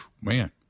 man